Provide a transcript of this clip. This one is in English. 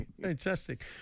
Fantastic